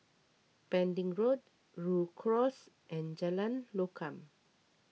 Pending Road Rhu Cross and Jalan Lokam